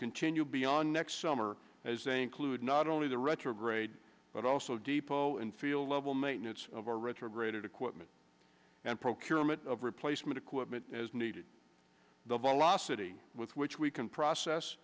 continue beyond next summer as a include not only the retrograde but also depot and feel level maintenance of our retrograded equipment and procurement of replacement equipment as needed the velocity with which we can process